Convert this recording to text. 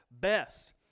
best